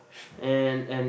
and and